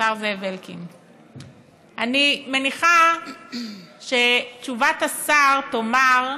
אני מניחה שתשובת השר תאמר,